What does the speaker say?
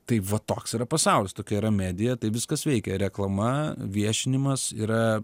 tai va toks yra pasaulis tokia yra medija tai viskas veikia reklama viešinimas yra